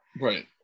right